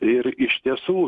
ir iš tiesų